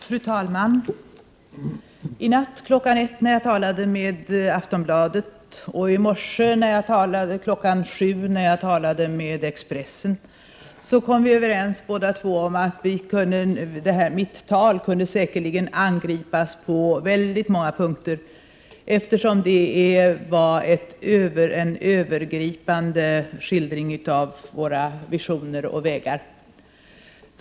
Fru talman! I natt kl. 1, när jag talade med Aftonbladet, och i morse kl. 7, när jag talade med Expressen, kom vi vid båda tillfällena överens om att mitt tal säkerligen kunde angripas på många punkter, eftersom det är en övergripande skildring av våra visioner och vägar.